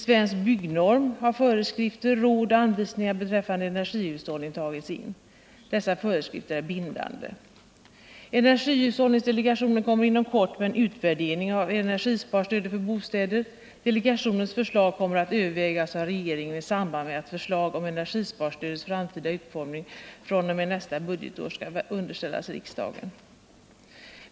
I Svensk byggnorm har föreskrifter, råd och anvisningar beträffande m.m. energihushållning tagits in. Dessa föreskrifter är bindande. Energihushållningsdelegationen kommer inom kort med en utvärdering av energisparstödet för bostäder. Delegationens förslag kommer att övervägas av regeringen i samband med att förslag om energisparstödets framtida utformning fr.o.m. nästa budgetår skall underställas riksdagen.